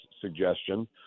suggestion